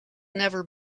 never